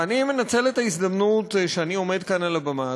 ואני מנצל את ההזדמנות שאני עומד כאן על הבמה,